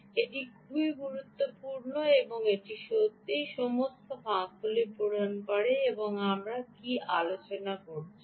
এটি খুব গুরুত্বপূর্ণ এটি সত্যই সমস্ত ফাঁকগুলি পূরণ করে এবং আমরা আলোচনা করেছি